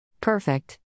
Perfect